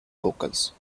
locals